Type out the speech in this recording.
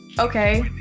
okay